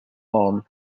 arm